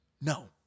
No